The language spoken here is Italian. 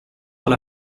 alla